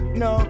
no